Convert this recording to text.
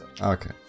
Okay